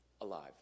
alive